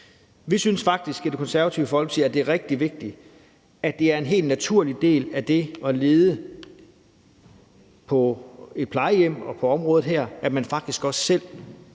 Vi synes faktisk i Det Konservative Folkeparti, at det er rigtig vigtigt, at det er en helt naturlig del af det at lede et plejehjem og vigtigt for området her, at man faktisk også selv